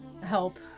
help